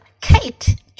Kate